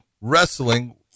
wrestling